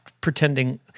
pretending